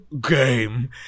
game